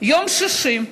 יום שישי,